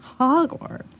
Hogwarts